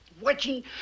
watching